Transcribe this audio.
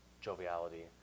joviality